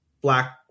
Black